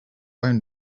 own